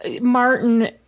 Martin